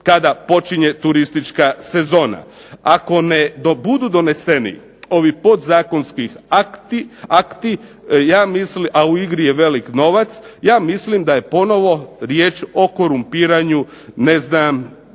kada počinje turistička sezona. Ako budu doneseni ovi podzakonski akti ja mislim, a u igri je veliki novac, ja mislim da je ponovo riječ o korumpiranju političkog